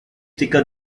thicker